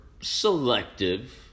selective